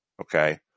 Okay